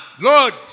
Lord